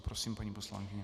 Prosím, paní poslankyně.